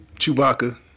Chewbacca